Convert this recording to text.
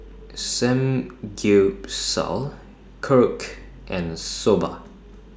Samgyeopsal Korokke and Soba